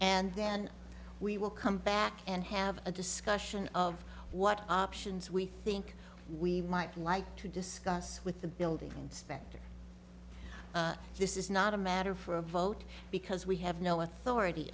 and then we will come back and have a discussion of what options we think we might like to discuss with the building inspector this is not a matter for a vote because we have no authority